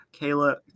Kayla